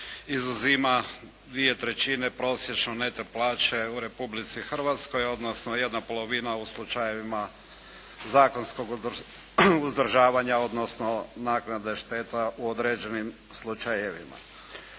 izuzima dvije trećine prosječne neto plaće u Republici Hrvatskoj odnosno jedna polovina u slučajevima zakonskog uzdržavanja odnosno naknade šteta u određenim slučajevima.